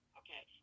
okay